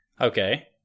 Okay